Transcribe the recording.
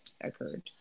occurred